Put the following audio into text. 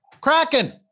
Kraken